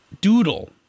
Doodle